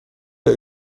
der